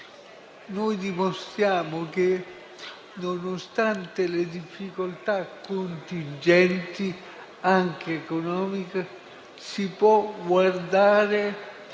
noi dimostriamo che, nonostante le difficoltà contingenti anche economiche, si può guardare,